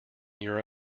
your